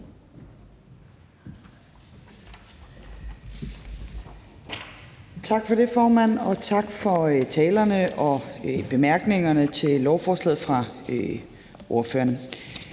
Tak for det, formand, og tak for talerne og bemærkningerne fra ordførerne